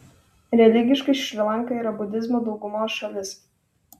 religiškai šri lanka yra budizmo daugumos šalis